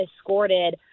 escorted